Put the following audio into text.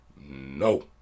No